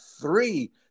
three